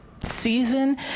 season